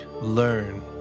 Learn